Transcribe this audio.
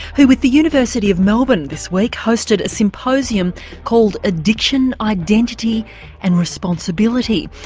who with the university of melbourne this week hosted a symposium called addiction, identity and responsibility'.